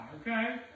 okay